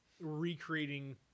recreating